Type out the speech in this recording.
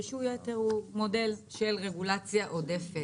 רישוי יתר הוא מודל של רגולציה עודפת.